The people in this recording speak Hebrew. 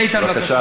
איתן, בבקשה.